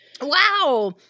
Wow